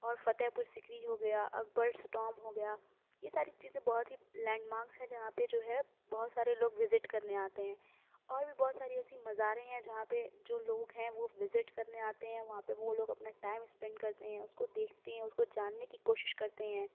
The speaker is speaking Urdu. اور فتح پور سیکری ہو گیا اکبرس ٹام ہوگیا یہ ساری چیزیں بہت ہی لینڈ مارکس ہیں جہاں پہ جو ہے بہت سارے لوگ وزٹ کرنے آتے ہیں اور بھی بہت ساری ایسی مزاریں ہیں جہاں پہ جو لوگ ہیں وہ وزٹ کرنے آتے ہیں وہاں پہ وہ لوگ اپنا ٹائم اسپینڈ کرتے ہیں اس کو دیکھتے ہیں اس کو جاننے کی کوشش کرتے ہیں